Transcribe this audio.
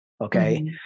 Okay